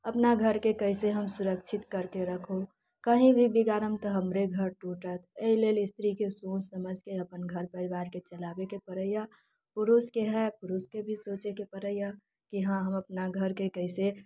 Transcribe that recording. अपना घरके कैसे हम सुरक्षित करके रखु कही भी बिगारम तऽ हमरे घर टुटत एहि लेल स्त्रीके सोच समझके अपन घर परिवारके चलाबेके पड़ैया पुरुषके हय पुरुषके भी सोचैके पड़ैया कि हँ हम अपना घरके कैसे